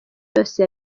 yose